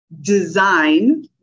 design